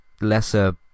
lesser